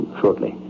shortly